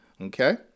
Okay